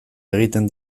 egiten